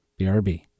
BRB